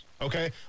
Okay